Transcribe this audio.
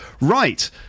Right